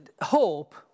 hope